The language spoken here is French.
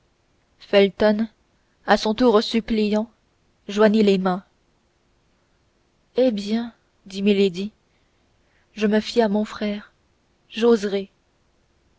felton à son tour suppliant joignit les mains eh bien dit milady je me fie à mon frère j'oserai